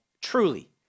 truly